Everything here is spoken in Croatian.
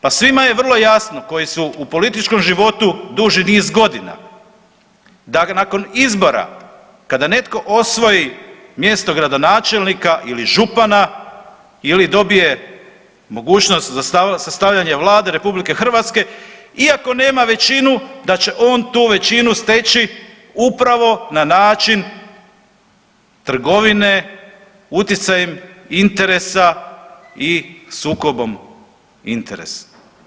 Pa svima je vrlo jasno koji su u političkom životu duži niz godina, da nakon izbora kada netko osvoji mjesto gradonačelnika ili župana, ili dobije mogućnost sastavljanja Vlade RH, iako nema većinu, da će on tu većinu steći upravo na način trgovine utjecajem interesa i sukobom interesa.